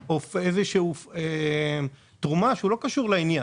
כאוס, תרומה שלא קשורה לעניין.